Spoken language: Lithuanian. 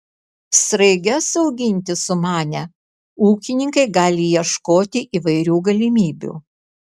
sraiges auginti sumanę ūkininkai gali ieškoti įvairių galimybių